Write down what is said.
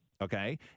okay